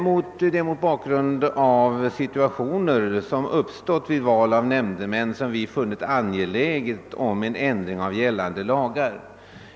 Det är mot bakgrunden av situationer som i praktiken uppstått vid val av nämndemän som vi funnit en ändring av gällande lagar vara angelägen.